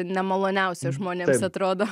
nemaloniausia žmonėms atrodo